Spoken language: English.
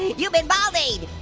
you've been baldied.